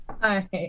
Hi